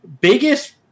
biggest